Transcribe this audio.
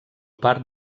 part